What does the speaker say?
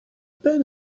pan